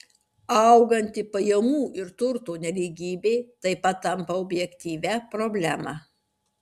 auganti pajamų ir turto nelygybė taip pat tampa objektyvia problema